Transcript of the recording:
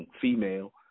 female